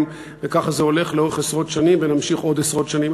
וכך זה הולך לאורך עשרות שנים ונמשיך עוד עשרות שנים.